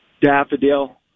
Daffodil